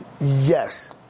Yes